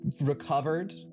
recovered